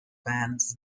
bands